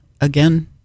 again